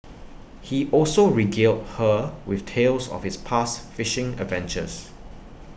he also regaled her with tales of his past fishing adventures